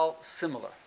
similar